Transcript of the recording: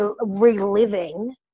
reliving